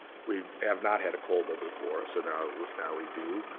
we have not had a kolbe before, so now now we do.